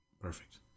Perfect